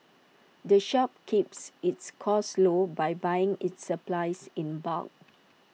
the shop keeps its costs low by buying its supplies in bulk